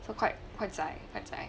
so quite quite zai quite zai